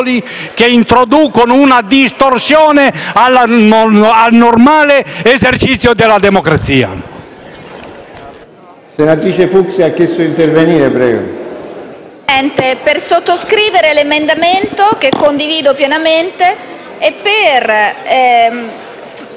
che introducono una distorsione al normale esercizio della democrazia.